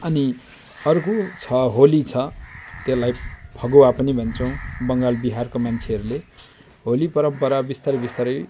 अनि अर्को छ होली छ त्यसलाई फगुवा पनि भन्छौँ बङ्गाल बिहारको मान्छेहरूले होली परम्परा बिस्तारै बिस्तारै